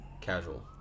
casual